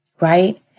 right